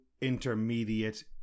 Intermediate